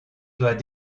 doit